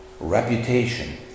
Reputation